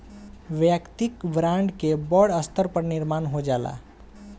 वैयक्तिक ब्रांड के बड़ स्तर पर निर्माण हो जाला